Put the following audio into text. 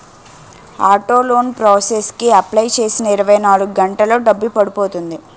auto loan process కి apply చేసిన ఇరవై నాలుగు గంటల్లో డబ్బు పడిపోతుంది